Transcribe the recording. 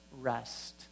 rest